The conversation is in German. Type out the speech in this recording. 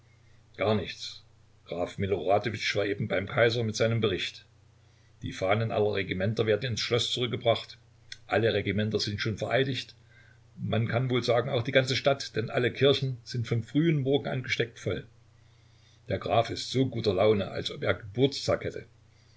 gar nichts graf miloradowisch war eben beim kaiser mit seinem bericht die fahnen aller regimenter werden ins schloß zurückgebracht alle regimenter sind schon vereidigt man kann wohl sagen auch die ganze stadt denn alle kirchen sind vom frühen morgen an gesteckt voll der graf ist so guter laune als ob er geburtstag hätte